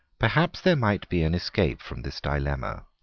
perhaps there might be an escape from this dilemma.